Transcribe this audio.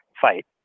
fight